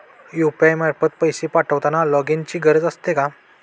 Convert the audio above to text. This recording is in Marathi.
यु.पी.आय मार्फत पैसे पाठवताना लॉगइनची गरज असते का?